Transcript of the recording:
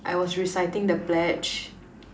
I was reciting the pledge